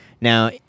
Now